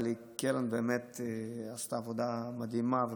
אבל קרן באמת עשתה עבודה מדהימה.